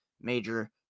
major